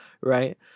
right